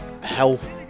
health